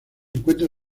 encuentra